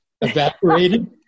evaporated